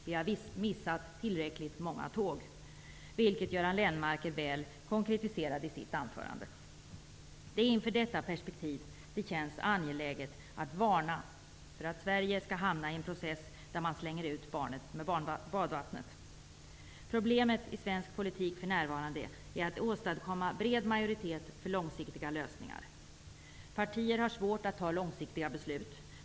Vi har missat tillräckligt många tåg, vilket Göran Lennmarker väl konkretiserade i sitt anförande. Det är inför detta perspektiv det känns angeläget att varna för att Sverige skall hamna i en process där man slänger ut barnet med badvattnet. Problemet i svensk politik för närvarande är att åstadkomma bred majoritet för långsiktiga lösningar. Partier har svårt att fatta långsiktiga beslut.